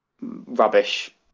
rubbish